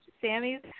Sammy's